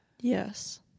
yes